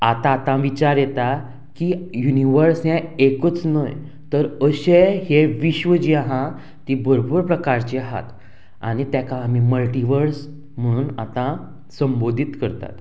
आतां आतां विचार येता की युनिवर्स हें एकूच न्हय तर अशें हे विश्व जें आहा ती भरपूर प्रकारची आहात आनी तेका आमी मल्टीवर्स म्हणून आतां संबोधीत करतात